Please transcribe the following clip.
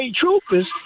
troopers